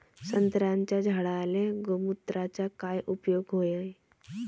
संत्र्याच्या झाडांले गोमूत्राचा काय उपयोग हाये?